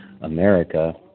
America